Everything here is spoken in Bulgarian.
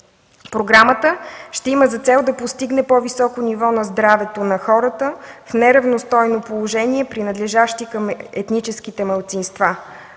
Програмата ще има за цел да постигне по-високо ниво на здравето на хората в неравностойно положение, принадлежащи към етническите малцинства.